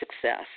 success